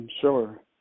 Sure